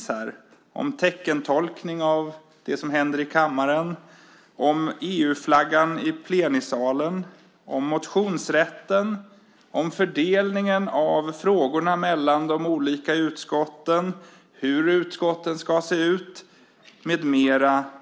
Det handlar om teckentolkning av det som händer i kammaren, EU-flaggan i plenisalen, motionsrätten, fördelningen av frågorna mellan de olika utskotten, hur utskotten ska se ut med mera.